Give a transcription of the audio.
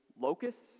locusts